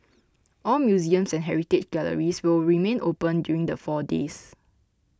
all museums and heritage galleries will remain open during the four days